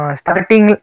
starting